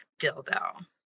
dildo